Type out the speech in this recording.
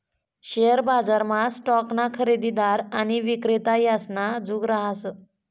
share बजारमा स्टॉकना खरेदीदार आणि विक्रेता यासना जुग रहास